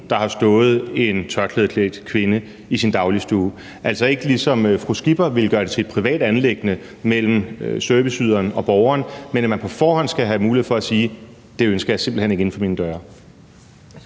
der har stået en tørklædeklædt i ens dagligstue, altså at man ikke ligesom fru Pernille Skipper vil gøre det til et privat anliggende mellem serviceyderen og borgeren, men at man på forhånd skal have mulighed for at sige: Det ønsker jeg simpelt hen ikke inden for mine døre.